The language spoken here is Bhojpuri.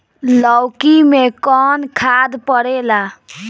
लौकी में कौन खाद पड़ेला?